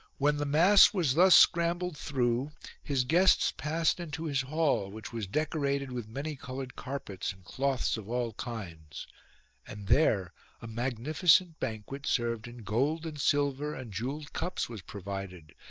when the mass was thus scrambled through his guests passed into his hall, which was decorated with many-coloured carpets, and cloths of all kinds and there a magnificent banquet, served in gold and silver and jewelled cups, was provided,